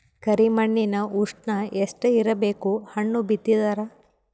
ಕರಿ ಮಣ್ಣಿನ ಉಷ್ಣ ಎಷ್ಟ ಇರಬೇಕು ಹಣ್ಣು ಬಿತ್ತಿದರ?